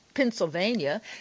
Pennsylvania